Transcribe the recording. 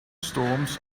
storms